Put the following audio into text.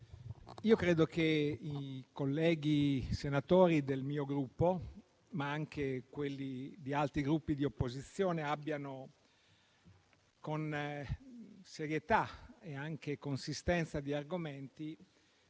credo che i colleghi senatori del mio Gruppo, ma anche quelli di altri Gruppi di opposizione, con serietà e con consistenza di argomenti,